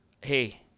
hey